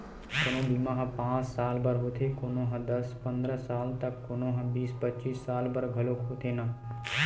कोनो बीमा ह पाँच साल बर होथे, कोनो ह दस पंदरा साल त कोनो ह बीस पचीस साल बर घलोक होथे न